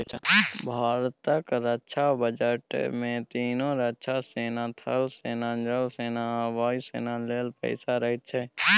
भारतक रक्षा बजट मे तीनों रक्षा सेना थल सेना, जल सेना आ वायु सेना लेल पैसा रहैत छै